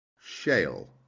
shale